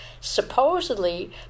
supposedly